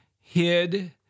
hid